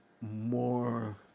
more